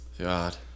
god